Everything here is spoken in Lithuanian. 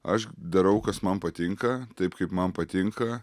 aš darau kas man patinka taip kaip man patinka